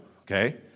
okay